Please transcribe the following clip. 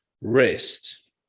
rest